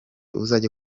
uzajye